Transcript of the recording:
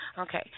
Okay